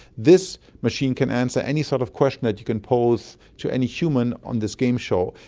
this machine can answer any sort of question that you can pose to any human on this game show.